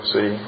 See